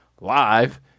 live